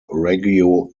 reggio